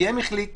כי הם החליטו